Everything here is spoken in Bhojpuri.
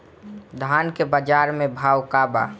धान के बजार में भाव का बा